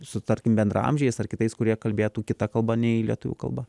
su tarkim bendraamžiais ar kitais kurie kalbėtų kita kalba nei lietuvių kalba